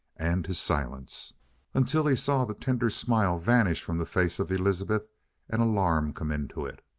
and his silence until he saw the tender smile vanish from the face of elizabeth and alarm come into it.